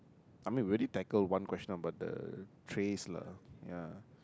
I mean we already tackled one question about the trace lah ya